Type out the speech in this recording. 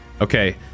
okay